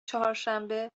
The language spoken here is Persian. چهارشنبه